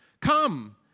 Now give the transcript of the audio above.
come